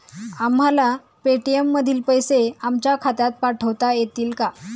आम्हाला पेटीएम मधील पैसे आमच्या खात्यात पाठवता येतील का?